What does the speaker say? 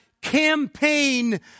campaign